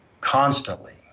constantly